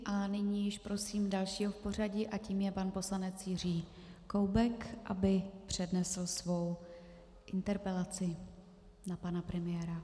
A nyní již prosím dalšího v pořadí a tím je pan poslanec Jiří Koubek, aby přednesl svou interpelaci na pana premiéra.